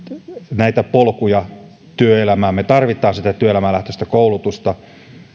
näitä polkuja työelämään me tarvitsemme sitä työelämälähtöistä koulutusta